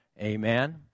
Amen